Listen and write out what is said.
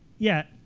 yeah,